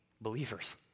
believers